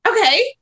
Okay